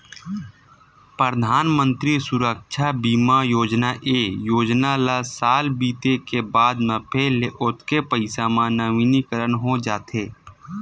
परधानमंतरी सुरक्छा बीमा योजना, ए योजना ल साल बीते के बाद म फेर ले ओतके पइसा म नवीनीकरन हो जाथे